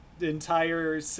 entire